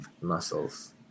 muscles